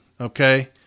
okay